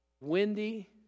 Windy